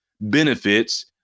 benefits